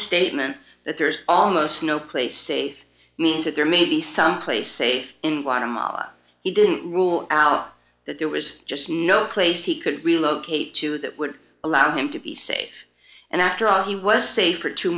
statement that there's almost no place safe means that there may be someplace safe in water mala he didn't rule out that there was just no place he could relocate to that would allow him to be safe and after all he was safe for two